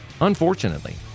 unfortunately